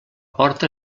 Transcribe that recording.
porta